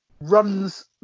Runs